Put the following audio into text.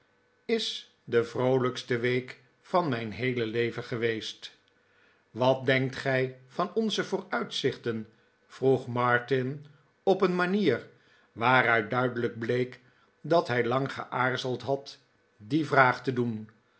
is de vroolijkste week van mijn heele leven geweest wat denkt gij van onze vooruitzichten vroeg martin op een manier waaruit duidelijk bleek dat hij lang geaarzeld had die vraag te doen